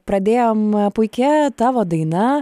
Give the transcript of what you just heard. pradėjom puikia tavo daina